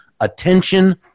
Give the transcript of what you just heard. attention